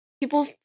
people